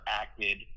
acted